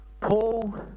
Paul